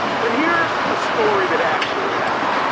but here's a story that actually happened.